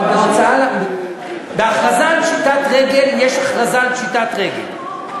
אבל בהכרזה על פשיטת רגל יש הכרזה על פשיטת רגל.